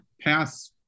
pass